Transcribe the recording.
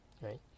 right